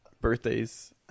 birthdays